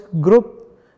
group